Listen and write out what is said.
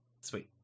sweet